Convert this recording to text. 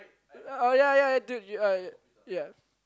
oh ya ya ya dude ya